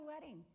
wedding